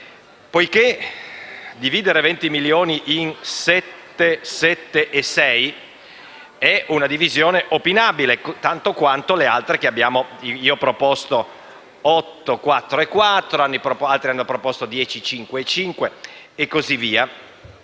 spesa di 20 milioni in 7, 7 e 6 è una divisione opinabile tanto quanto le altre: io ho proposto 8, 8 e 4, altri hanno proposto 5, 5 e 10 e così via.